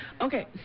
Okay